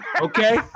Okay